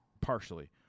partially